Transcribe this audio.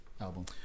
album